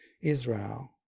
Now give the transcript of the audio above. Israel